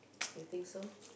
you think so